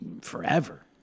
forever